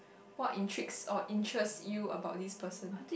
what intrigues or interests you about this person